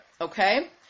Okay